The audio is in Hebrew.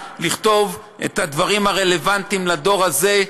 לכתוב את הדברים הרלוונטיים לדור הזה,